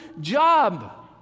job